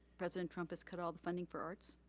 president trump has cut all the funding for arts.